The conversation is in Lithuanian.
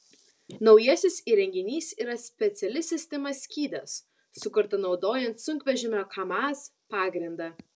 naujasis įrenginys yra speciali sistema skydas sukurta naudojant sunkvežimio kamaz pagrindą